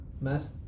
Mess